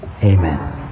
amen